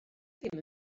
ddim